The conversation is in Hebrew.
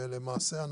למעשה,